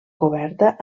coberta